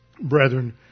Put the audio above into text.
brethren